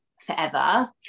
forever